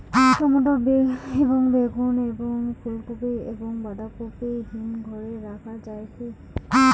Tomato এবং বেগুন এবং ফুলকপি এবং বাঁধাকপি হিমঘরে রাখা যায় কি?